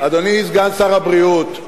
אדוני סגן שר הבריאות,